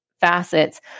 facets